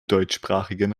deutschsprachigen